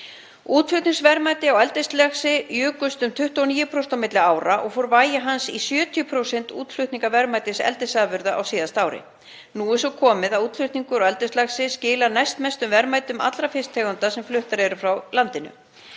Útflutningsverðmæti eldislax jukust um 29% á milli ára og fór vægi hans í 70% útflutningsverðmætis eldisafurða á síðasta ári. Nú er svo komið að útflutningur á eldislaxi skilar næstmestum verðmætum allra fisktegunda sem fluttar eru frá landinu.